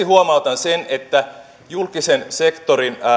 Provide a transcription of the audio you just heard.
huomautan sen että julkisen sektorin